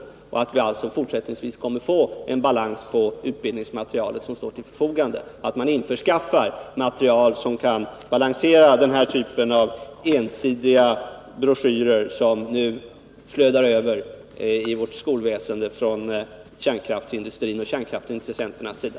Jag hoppas att vi alltså fortsättningsvis kommer att få en balans i det utbildningsmaterial som står till förfogande och att man införskaffar material som kan balansera denna typ av ensidiga broschyrer som nu flödar över vårt skolväsende från kärnkraftsindustrins och kärnkraftsintressenternas sida.